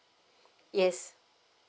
yes